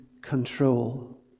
control